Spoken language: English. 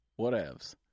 Whatevs